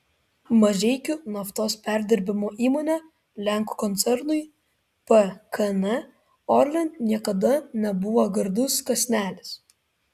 mažeikių naftos perdirbimo įmonė lenkų koncernui pkn orlen niekada nebuvo gardus kąsnelis